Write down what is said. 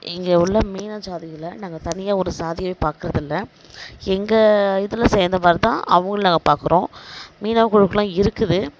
இங்கே உள்ள மீனவர் சாதிகளை நாங்கள் ஒரு தனியாக சாதியாக பார்க்குறதில்ல எங்கள் இதில் சேர்ந்த மாதிரிதான் அவங்களை நாங்கள் பார்க்குறோம் மீனவர் குழுக்களெலாம் இருக்குது